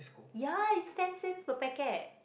ya it's ten cent per packet